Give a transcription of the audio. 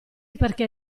perché